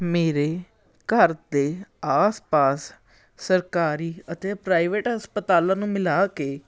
ਮੇਰੇ ਘਰ ਦੇ ਆਸ ਪਾਸ ਸਰਕਾਰੀ ਅਤੇ ਪ੍ਰਾਈਵੇਟ ਹਸਪਤਾਲਾਂ ਨੂੰ ਮਿਲਾ ਕੇ